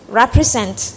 represent